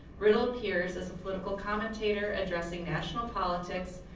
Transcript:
riddle appears as a political commentator addressing national politics,